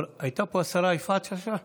הייתה פה השרה יפעת שאשא ביטון?